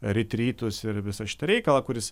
ritrytus ir visą šitą reikalą kuris